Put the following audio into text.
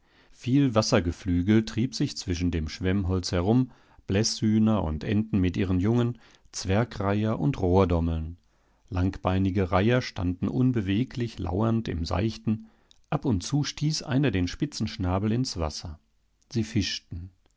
viel wassergeflügel trieb sich zwischen dem schwemmholz herum bläßhühner und enten mit ihren jungen zwergreiher und rohrdommeln langbeinige reiher standen unbeweglich lauernd im seichten ab und zu stieß einer den spitzen schnabel ins wasser sie fischten